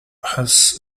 has